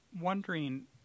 wondering